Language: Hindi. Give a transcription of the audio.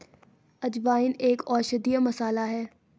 अजवाइन एक औषधीय मसाला है